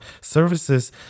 services